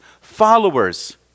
followers